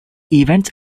events